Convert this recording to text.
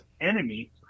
enemy